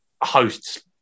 hosts